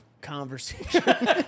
conversation